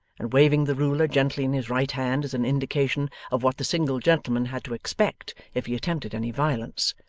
and waving the ruler gently in his right hand, as an indication of what the single gentleman had to expect if he attempted any violence.